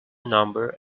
number